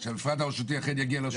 שהמפרט הרשותי אכן יגיע לרשות המועצה?